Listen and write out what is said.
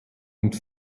und